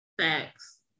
facts